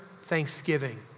thanksgiving